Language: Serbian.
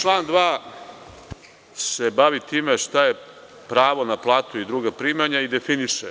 Član 2. se bavi time šta je pravo na platu i druga primanja i definiše,